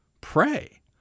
Pray